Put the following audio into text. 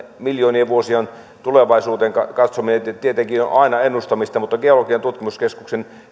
miljoonia vuosia tulevaisuuteen katsominen tietenkin on aina ennustamista mutta geologian tutkimuskeskuksen